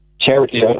charity